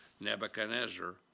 Nebuchadnezzar